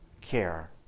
care